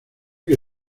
que